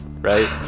right